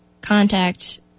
contact